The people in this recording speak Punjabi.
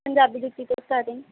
ਪੰਜਾਬੀ ਜੁੱਤੀ ਤੋਂ ਸਟਾਰਟਿੰਗ